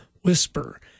whisper